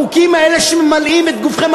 החוקים האלה שממלאים את גופכם,